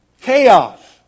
Chaos